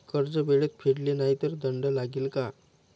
कर्ज वेळेत फेडले नाही तर दंड लागेल का?